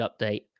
update